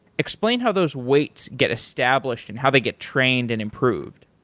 explain how those weights get established and how they get trained and improved?